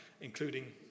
including